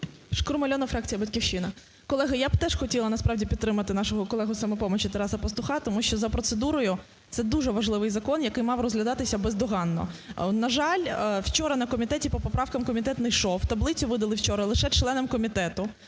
Шкрум Альона, фракція "Батьківщина". Колеги, я б теж хотіла насправді підтримати нашого колегу із "Самопомочі" Тараса Пастуха, тому що за процедурою це дуже важливий закон, який мав розглядатися бездоганно. На жаль, вчора на комітеті по поправкам комітет не йшов, таблицю видали вчора лише членам комітету.